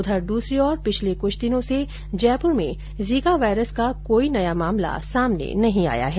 उधर दूसरी ओर पिछले कुछ दिनों से जयपुर में जीका वाइरस का कोई नया मामला सामने नहीं आया है